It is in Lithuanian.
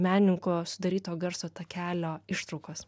menininko sudaryto garso takelio ištraukos